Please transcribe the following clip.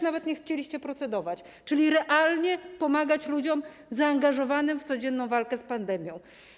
Nawet nie chcieliście nad tym procedować - czyli realnie pomagać ludziom zaangażowanym w codzienną walkę z pandemią.